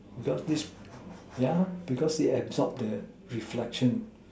because it yeah because it absorbs the reflection